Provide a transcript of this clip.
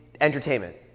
entertainment